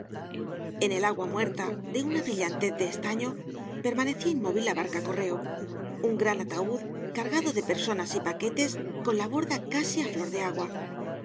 en el agua muerta de una brillantez de estaño permanecía inmóvil la barca correo un gran ataúd cargado de personas y paquetes con la borda casi á flor de agua